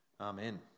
Amen